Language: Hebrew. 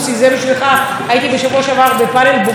הייתי בשבוע שעבר בפאנל בוגרים ואמרתי